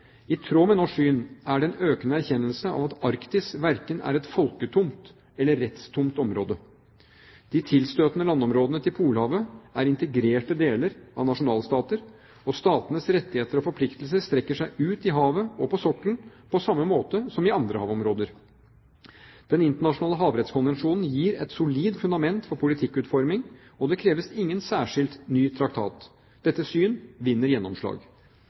I tråd med norsk syn er det en økende erkjennelse av at Arktis verken er et folketomt eller rettstomt område. De tilstøtende landområdene i Polhavet er integrerte deler av nasjonalstater, og statenes rettigheter og forpliktelser strekker seg ut i havet og på sokkelen, på samme måte som i andre havområder. Den internasjonale havrettskonvensjonen gir et solid fundament for politikkutforming, og det kreves ingen særskilt ny traktat. Dette syn vinner gjennomslag.